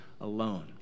alone